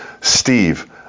Steve